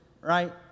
right